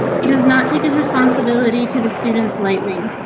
he does not take his responsibility to the student slightly.